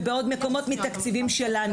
ובעוד מקומות מתקציבים שלנו.